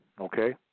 okay